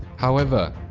however,